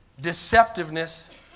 deceptiveness